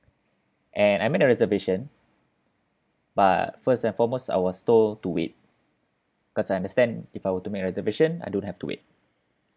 and I made a reservation but first and foremost I was told to wait because I understand if I were to make a reservation I don't have to wait